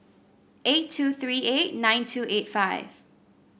eight two three eight nine two eight five